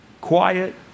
quiet